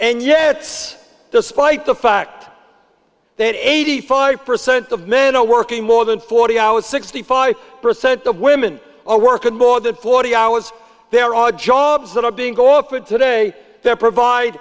and yet despite the fact then eighty five percent of men are working more than forty hours sixty five percent of women are working more than forty hours there are jobs that are being offered today to provide